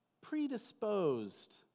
predisposed